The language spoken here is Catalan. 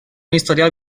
historial